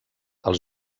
als